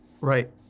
Right